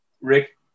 Rick